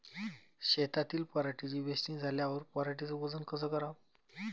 शेतातील पराटीची वेचनी झाल्यावर पराटीचं वजन कस कराव?